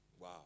Wow